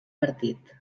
partit